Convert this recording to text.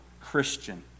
Christian